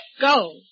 go